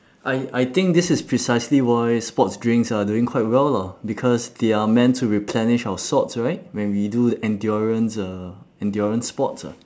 I I think this is precisely why sports drinks are doing quite well lah because they are meant to replenish our salts right when we do endurance uh endurance sports ah